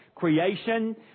Creation